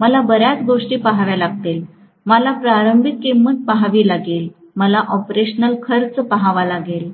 मला बर्याच गोष्टी पहाव्या लागतील मला प्रारंभिक किंमत पहावी लागेल मला ऑपरेशनल खर्च पहावा लागेल